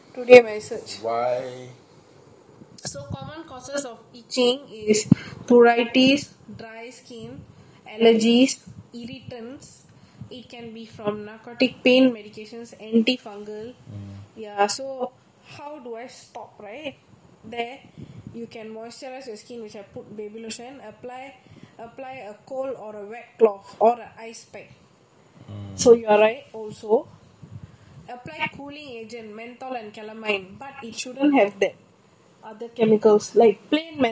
so common causes of itching is pruritus dry skin allergies irritants it can be from narcotic pain medications and fungal ya so how do I stop right there you can moisturise your skin and put baby lotion apply or try a cold or a wet cloth or a ice pack so you are right also apply cooling agent menthol and chamomile but it shouldn't have that other chemicals like plain menthol is fine but that